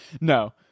No